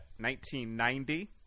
1990